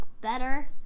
better